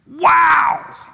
Wow